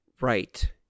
Right